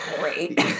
great